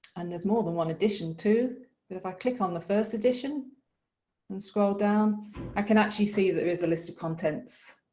and there's more than one addition too but if i click on the first edition and scroll down i can actually see there is a list of contents